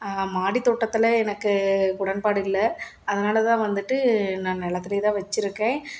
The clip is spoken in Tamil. மாடி தோட்டத்தில் எனக்கு உடன்பாடு இல்லை அதனால் தான் வந்துட்டு நான் நிலத்துலே தான் வச்சிருக்கேன்